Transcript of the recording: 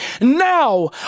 now